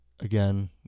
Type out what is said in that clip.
Again